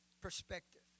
perspective